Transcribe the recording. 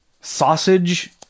Sausage